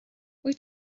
wyt